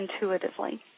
intuitively